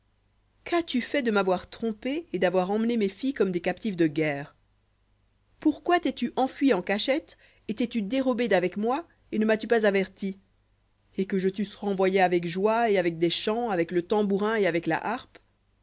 qu'as-tu fait de m'avoir trompé et d'avoir emmené mes filles comme des captives de guerre pourquoi t'es-tu enfui en cachette et t'es-tu dérobé d'avec moi et ne m'as-tu pas averti et je t'eusse renvoyé avec joie et avec des chants avec le tambourin et avec la harpe